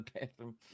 bathroom